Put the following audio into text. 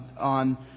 on